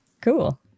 Cool